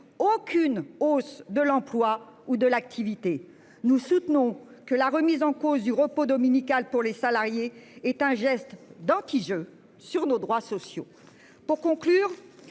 aucune hausse de l'emploi ou de l'activité. Nous soutenons que la remise en cause du repos dominical pour les salariés est un geste d'antijeu sur nos droits sociaux